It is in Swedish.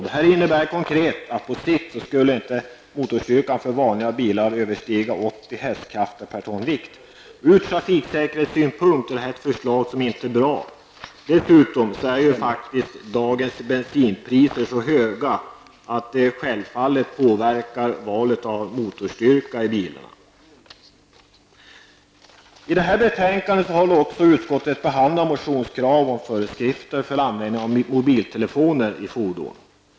Det innebär konkret att motorstyrkan för vanliga bilar på sikt iinte skulle överstiga 80 hk per ton vikt. Ur trafiksäkerhetssynpunkt är detta förslag inte bra, dessutom är dagens bensinpriser så höga att det självfallet påverkar valet av motorstyrka på bilarna. I detta betänkande har också utskottet behandlat motionskrav om föreskrifter för användning av mobiltelefoner i fordon.